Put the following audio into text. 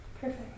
perfect